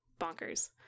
bonkers